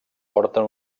porten